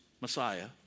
Messiah